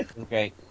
Okay